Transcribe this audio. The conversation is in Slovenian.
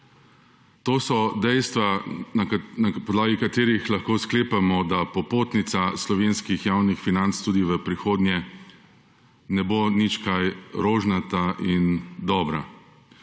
to so dejstva, na podlagi katerih lahko sklepamo, da popotnica slovenskih javnih financ tudi v prihodnje ne bo nič kaj rožnata in dobra.